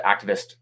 activist